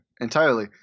entirely